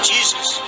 Jesus